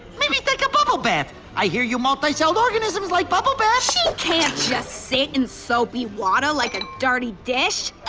maybe take a bubble bath. i hear you multi-celled organisms like bubble baths. she can't just sit in soapy water like a dirty dish!